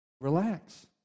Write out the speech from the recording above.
Relax